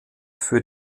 für